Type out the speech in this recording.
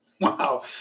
Wow